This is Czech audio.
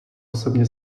osobně